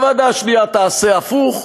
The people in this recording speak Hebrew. ובוועדה השנייה: תעשה הפוך.